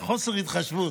חוסר התחשבות.